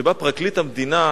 בא פרקליט המדינה,